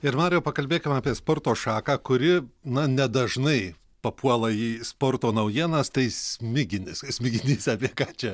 ir mariau pakalbėkim apie sporto šaką kuri na nedažnai papuola į sporto naujienas tai smiginis smiginys apie ką čia